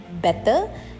better